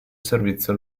servizio